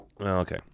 Okay